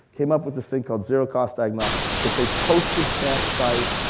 came up with this thing called zero cost diagnostics. it's a postage stamp sized,